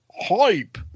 hype